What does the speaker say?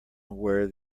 where